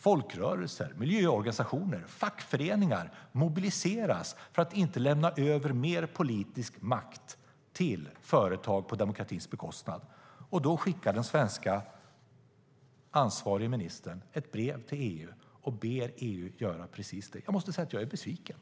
Folkrörelser, miljöorganisationer och fackföreningar mobiliserar för att vi inte ska lämna över mer politisk makt till företag på demokratins bekostnad, och då skickar den ansvariga svenska ministern ett brev till EU och ber unionen göra precis det. Jag måste säga att jag är besviken.